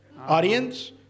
Audience